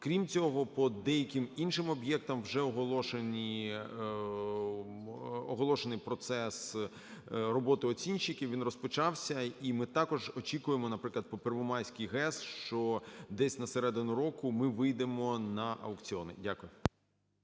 Крім цього, по деяким іншим об'єктам вже оголошений процес роботи оцінщиків, він розпочався. І ми також очікуємо, наприклад, по Первомайській ГЕС, що десь на середину року ми вийдемо на аукціони. Дякую.